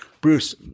Bruce